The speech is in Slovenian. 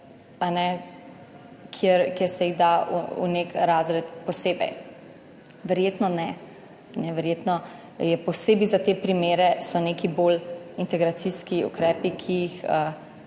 kjer se jih da v nek razred posebej. Verjetno ne. Verjetno so posebej za te primere neki bolj integracijski ukrepi, ki jih